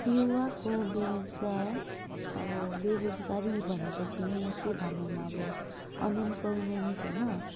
युवाको बेरोजगार अब बेरोजगारी भनेपछि नै के भनौँ अब अनइम्प्लोइमेन्ट होइन